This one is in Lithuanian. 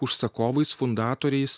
užsakovais fundatoriais